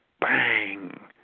bang